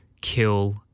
kill